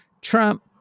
Trump